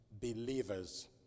believers